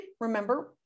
remember